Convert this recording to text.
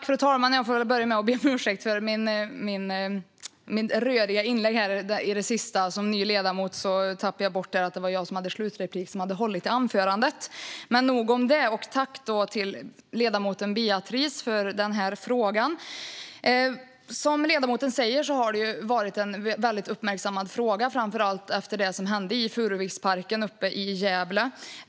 Fru talman! Jag får börja med att be om ursäkt för att det blev rörigt i mitt senaste inlägg. Som ny ledamot tappade jag bort att det var jag som hade hållit anförandet som hade slutreplik. Nog om det och tack till Beatrice Timgren för frågan! Som ledamoten säger har det varit en väldigt uppmärksammad fråga, framför allt efter det som hände i Furuviksparken i Gävle.